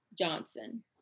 Johnson